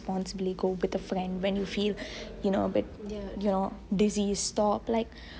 responsibly go with a friend when you feel a bit you know dizzy stop